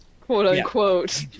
quote-unquote